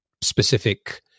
specific